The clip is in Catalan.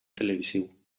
televisiu